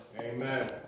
Amen